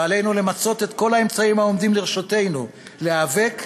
ועלינו למצות את כל האמצעים העומדים לרשותנו להיאבק,